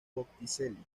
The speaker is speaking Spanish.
botticelli